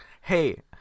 hey